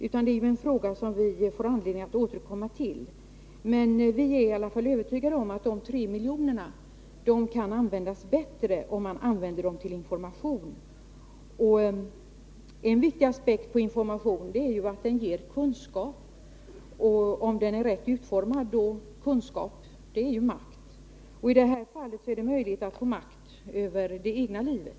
Den frågan får vi anledning att återkomma till. Vi är i alla fall övertygade om att de 3 miljonerna bättre utnyttjas om de används till information. En viktig aspekt på informationen är att den, rätt utformad, ger kunskaper. Och kunskaper betyder ju makt. I det här fallet innebär det att man får makt över sitt eget liv.